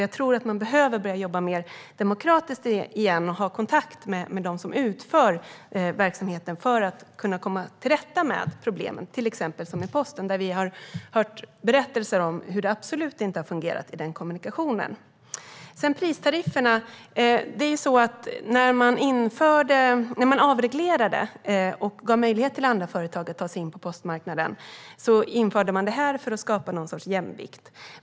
Jag tror att man behöver börja jobba mer demokratiskt igen och ha kontakt med dem som utför verksamheten för att kunna komma till rätta med problemen, till exempel när det gäller posten. Vi har hört berättelser om hur det absolut inte har fungerat i den kommunikationen. Låt mig också ta upp pristarifferna. När man avreglerade och gav andra företag möjlighet att ta sig in på postmarknaden införde man dessa tariffer för att skapa något slags jämvikt.